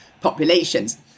populations